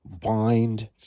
bind